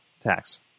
Tax